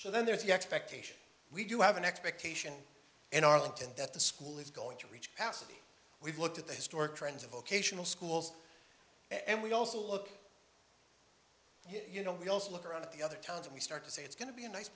so then there's the expectation we do have an expectation in arlington that the school is going to reach pasadena we've looked at the historic trends of vocational schools and we also look you know we also look around at the other towns and we start to say it's going to be a nice